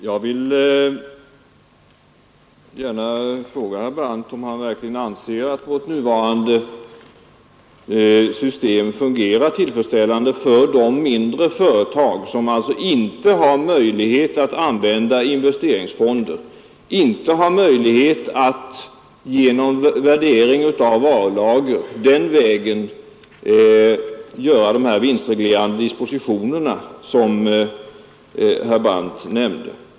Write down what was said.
Herr talman! Jag vill gärna fråga herr Brandt om han verkligen anser att vårt nuvarande system fungerar tillfredsställande för de mindre företag som inte har möjlighet att använda investeringsfonder och inte har möjlighet att genom värdering av varulager göra sådana vinstreglerande dispositioner som herr Brandt nämnde.